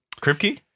Kripke